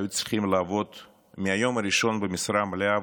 היו צריכים לעבוד מהיום הראשון במשרה מלאה,